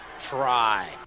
Try